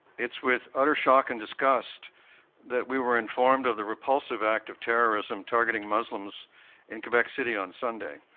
it's with out are shock and disgust that we were informed of the repulsive act of terrorism targeting muslims in quebec city on sunday.